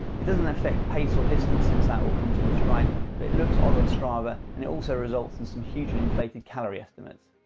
it doesn't effect pace or distance since that all comes from stryd but it looks odd on strava and it also results in some hugely inflated calorie estimates.